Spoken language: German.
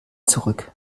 zurück